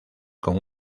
con